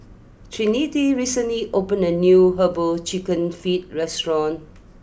Trinity recently opened a new Herbal Chicken Feet restaurant